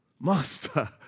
Master